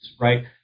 right